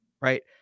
right